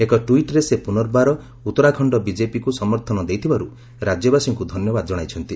ଏକ ଟ୍ୱିଟ୍ରେ ସେ ପ୍ରନର୍ବାର ଉତ୍ତରାଖଣ ବିଜେପିକୃ ସମର୍ଥନ ଦେଇଥିବାରୁ ରାଜ୍ୟବାସୀଙ୍କୁ ଧନ୍ୟବାଦ ଜଣାଇଛନ୍ତି